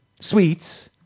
sweets